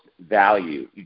value